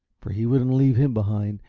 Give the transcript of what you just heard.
for he wouldn't leave him behind.